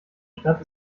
stadt